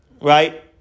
right